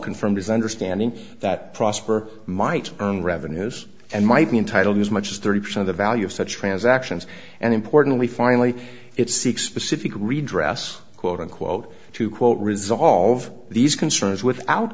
confirmed his understanding that prosper might earn revenues and might be entitled to as much as thirty percent of the value of such transactions and importantly finally it seek specific redress quote unquote to quote resolve these concerns without